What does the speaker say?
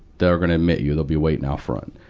they're gonna admit you. they'll be waiting out front.